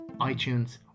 itunes